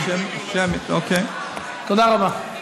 תודה רבה.